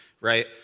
Right